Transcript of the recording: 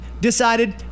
decided